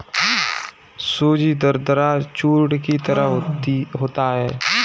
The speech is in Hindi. सूजी दरदरा चूर्ण की तरह होता है